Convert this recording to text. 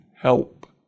help